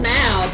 now